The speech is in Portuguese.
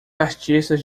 artistas